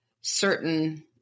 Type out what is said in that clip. certain